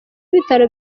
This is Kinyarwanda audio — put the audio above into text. w’ibitaro